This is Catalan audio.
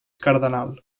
cardenal